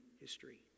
history